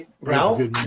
Ralph